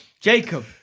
Jacob